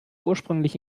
ursprünglich